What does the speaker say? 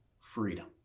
freedom